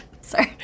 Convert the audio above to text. Sorry